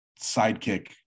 sidekick